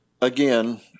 again